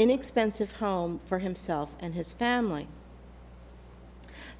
inexpensive home for himself and his family